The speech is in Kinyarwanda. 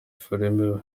filime